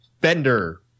Bender